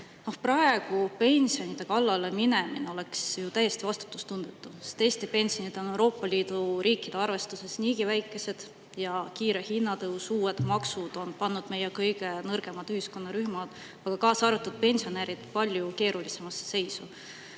Praegu pensionide kallale minemine oleks ju täiesti vastutustundetu, sest Eesti pensionid on Euroopa Liidu riikide arvestuses niigi väikesed ning kiire hinnatõus ja uued maksud on pannud meie kõige nõrgemad ühiskonnarühmad, kaasa arvatud pensionärid, palju keerulisemasse seisu.